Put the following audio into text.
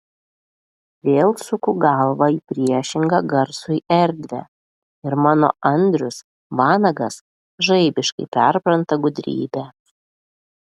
vėl suku galvą į priešingą garsui erdvę ir mano andrius vanagas žaibiškai perpranta gudrybę